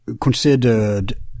considered